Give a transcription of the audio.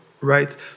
right